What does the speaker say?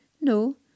No